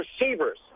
receivers